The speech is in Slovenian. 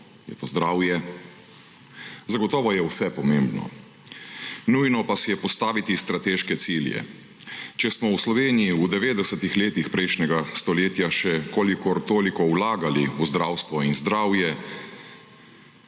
Je to zdravje? Zagotovo je vse pomembno. Nujno pa si je postaviti strateške cilje. Če smo v Sloveniji v 90. letih prejšnjega stoletja še kolikor toliko vlagali v zdravstvo in zdravje,